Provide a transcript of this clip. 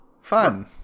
Fun